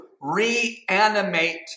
reanimate